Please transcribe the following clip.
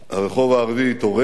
הרחוב הערבי התעורר,